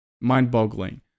mind-boggling